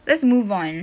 let's move on